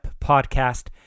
podcast